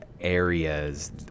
areas